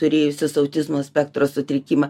turėjusius autizmo spektro sutrikimą